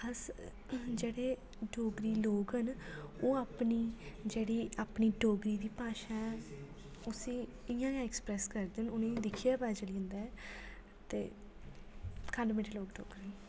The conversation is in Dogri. अस जेह्ड़े डोगरी लोग न ओह् अपनी जेह्ड़ी अपनी डोगरी दी भाशा ऐ उसी इयां गै ऐक्स्प्रेस करदे न उ'नें दिक्खियै पता चली जन्दा ऐ ते खंड मिठ्ठे लोग डोगरे